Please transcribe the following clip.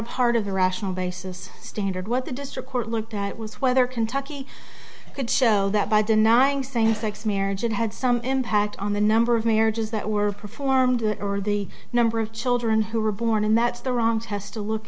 a part of the rational basis standard what the district court looked at was whether kentucky could show that by denying same sex marriage it had some impact on the number of marriages that were performed or the number of children who were born and that's the wrong test to look